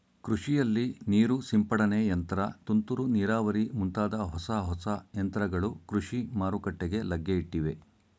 ಕೃಷಿಯಲ್ಲಿ ನೀರು ಸಿಂಪಡನೆ ಯಂತ್ರ, ತುಂತುರು ನೀರಾವರಿ ಮುಂತಾದ ಹೊಸ ಹೊಸ ಯಂತ್ರಗಳು ಕೃಷಿ ಮಾರುಕಟ್ಟೆಗೆ ಲಗ್ಗೆಯಿಟ್ಟಿವೆ